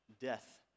death